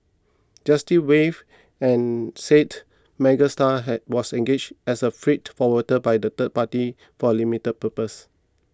justice Wave and said Megastar had was engaged as a freight forwarder by the third party for a limited purpose